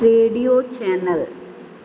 radio channel